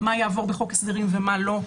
מה יעבור בחוק הסדרים מה לא,